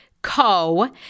Co